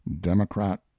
democrat